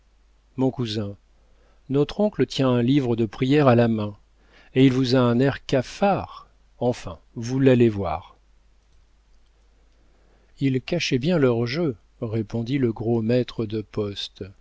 mon cousin notre oncle tient un livre de prières à la main et il vous a un air cafard enfin vous l'allez voir ils cachaient bien leur jeu répondit le gros maître de poste